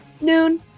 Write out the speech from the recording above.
noon